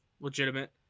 legitimate